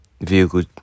vehicle